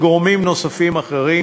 וגורמים אחרים,